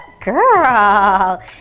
girl